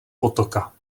potoka